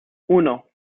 uno